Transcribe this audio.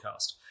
podcast